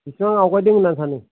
बिसिबां आवगायदों होन्नानै सानो